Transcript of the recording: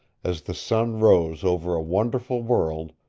as the sun rose over a wonderful world,